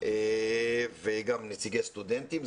וגם נציגי סטודנטים.